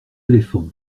éléphants